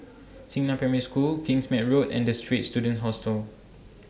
Xingnan Primary School Kingsmead Road and The Straits Students Hostel